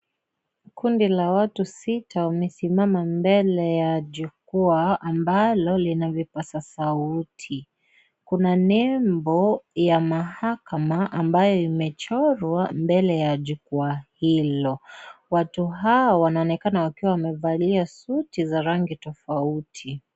Kundi la watu sita, wamesimama mbele ya jukwaa, ambalo lina vipaza sauti. Kuna nembo ya mahakama, ambayo imechorwa mbele ya jukwaa hilo. Watu hao, wanaonekana wakiwa wamevalia suti za rangi tofauti.